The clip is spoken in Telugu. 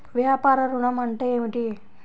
వ్యాపార ఋణం అంటే ఏమిటి?